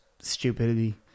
stupidity